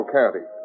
County